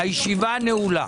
הישיבה נעולה.